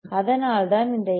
அதனால்தான் இந்த எல்